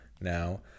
now